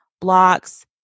blocks